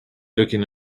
looking